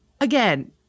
Again